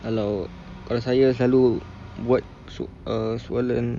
kalau kalau saya selalu buat uh soalan